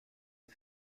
teu